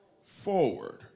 forward